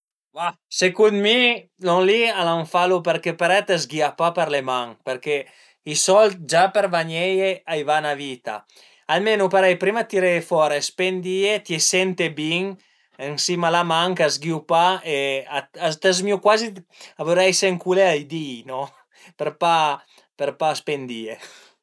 Ma secund mi lon li a l'an falu përché parei a të sghia pa për le man, përché i sold gia për vagneie a i va 'na vita, almenu parei prima dë tireie fora e spendìe, t'ie sente bin ën sima a la man, ch'a s-ghìu pa e a të zmiu cuazi a vuleise ënculeie ai di no, për pa për pa spendìe